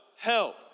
Help